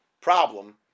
problem